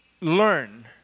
learn